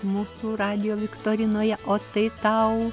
mūsų radijo viktorinoje o tai tau